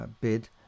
bid